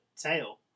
tail